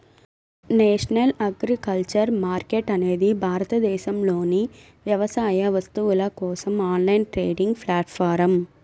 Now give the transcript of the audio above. national agriculture market అనేది భారతదేశంలోని వ్యవసాయ వస్తువుల కోసం ఆన్లైన్ ట్రేడింగ్ ప్లాట్ఫారమ్